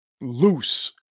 loose